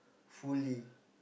fully